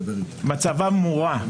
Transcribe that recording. מצבם מורע,